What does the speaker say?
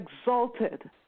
exalted